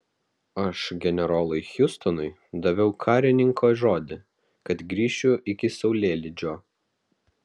aš generolui hiustonui daviau karininko žodį kad grįšiu iki saulėlydžio